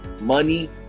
Money